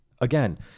again